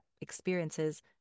experiences